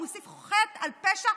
הוא מוסיף חטא על פשע.